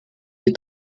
est